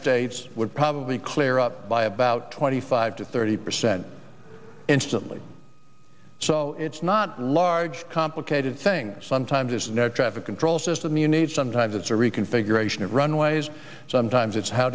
states would probably clear up by about twenty five to thirty percent instantly so it's not large complicated things sometimes there's no traffic control system you need sometimes it's a reconfiguration of runways sometimes it's how